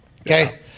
Okay